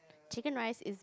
chicken rice is